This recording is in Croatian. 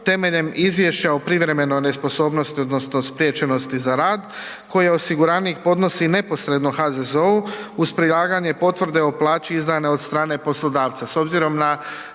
temeljem izvješća o privremenoj nesposobnosti odnosno spriječenosti za rad koje osiguranik podnosi neposredno HZZO-u uz prilaganje potvrde o plaći izdane od strane poslodavca.